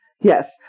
Yes